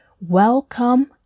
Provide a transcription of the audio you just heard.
welcome